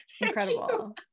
Incredible